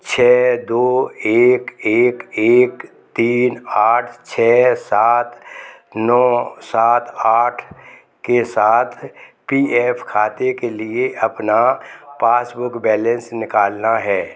छः दो एक एक एक तीन आठ छः सात नौ सात आठ के साथ पी अफ़ खाते के लिए अपना पासबुक बैलेंस निकालना है